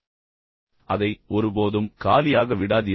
எந்தவொரு பொருளையும் கொடுக்காமல் அதை ஒருபோதும் காலியாக விடாதீர்கள்